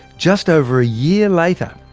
just over a year later,